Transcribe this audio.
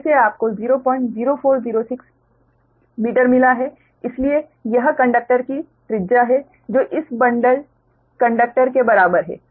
DSA आपको 00406 metre मिला है इसलिए यह कंडक्टर की त्रिज्या है जो इस बंडल्ड कंडक्टर के बराबर है